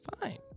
fine